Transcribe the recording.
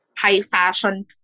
high-fashion